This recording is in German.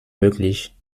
möglich